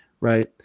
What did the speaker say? Right